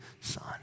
son